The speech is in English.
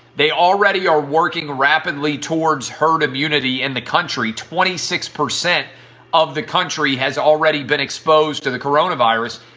they already are working rapidly towards herd immunity and the country, twenty six percent of the country has already been exposed to the corona virus.